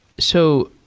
so